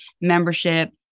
membership